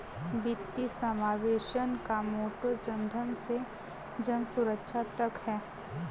वित्तीय समावेशन का मोटो जनधन से जनसुरक्षा तक है